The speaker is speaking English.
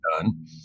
done